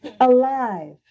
alive